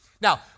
Now